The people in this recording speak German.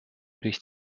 durch